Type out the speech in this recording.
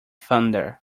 thunder